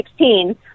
2016